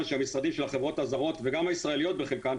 שהמשרדים של החברות הזרות וגם הישראליות בחלקן,